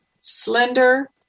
slender